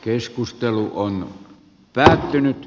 keskustelu on päättynyt